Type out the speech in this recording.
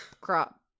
crop